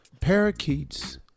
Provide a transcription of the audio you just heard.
parakeets